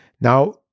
Now